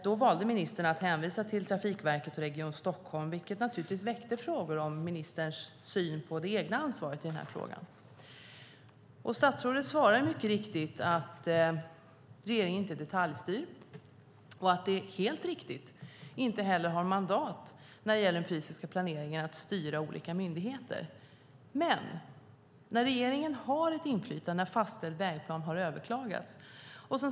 Då valde ministern att hänvisa till Trafikverket och Region Stockholm, vilket naturligtvis väckte frågor om ministerns syn på det egna ansvaret i den här frågan. Statsrådet svarar mycket riktigt att regeringen inte detaljstyr och att den helt riktigt inte heller har mandat när det gäller den fysiska planeringen att styra olika myndigheter. Men regeringen har ett inflytande när fastställd vägplan har överklagats.